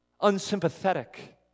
unsympathetic